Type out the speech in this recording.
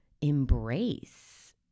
embrace